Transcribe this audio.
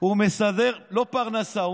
לא פרנסה.